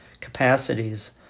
capacities